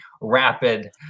rapid